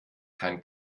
kein